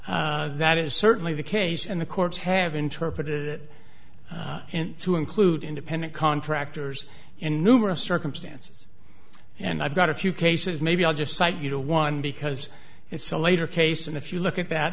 that is certainly the case and the courts have interpreted it to include independent contractors in numerous circumstances and i've got a few cases maybe i'll just cite you to one because it's a later case and if you look at that